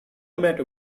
matter